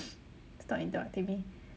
stop interrupting me